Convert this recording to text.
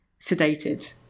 sedated